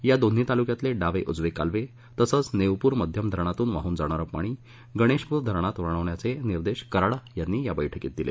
या दोन्ही तालुक्यातले डावे उजवे कालवे तसंच नेवपूर मध्यम धरणातून वाहून जाणारं पाणी गणेशपूर धरण्यात वळवण्याचे निर्देश कराड यांनी या बैठकीत दिले